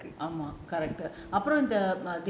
ஆமா அப்புறம் இந்த:aama appuram intha